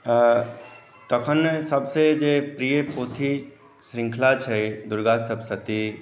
तखन सबसे जे प्रिय पोथी श्रृंखँला छै दुर्गा सप्तशती